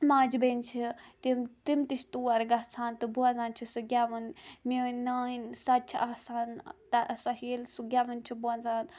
ماجہِ بیٚنہِ چھِ تِم تِم تہٕ چھِ تور گَژھان تہٕ بوزان چھِ سُہ گیٚوُن میٲنۍ نانۍ سۄتہِ چھِ آسان تا ییٚلہِ سۄ گیٚوُن چھِ بوزان